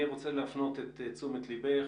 אני רוצה להפנות את תשומת לבך